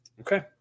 Okay